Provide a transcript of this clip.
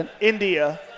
India